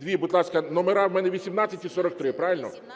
Дві. Будь ласка, номери? У мене 18 і 43. Правильно?